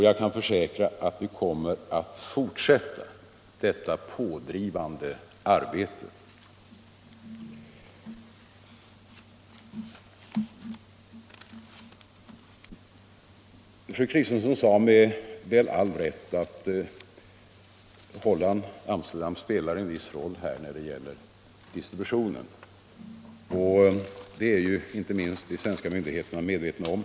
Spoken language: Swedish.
Jag kan försäkra att vi kommer att fortsätta detta pådrivande arbete. Fru Kristensson sade, väl med all rätt, att Holland och Amsterdam spelar en viss roll när det gäller distributionen av narkotikan. Det är de svenska myndigheterna medvetna om.